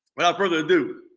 without further ado,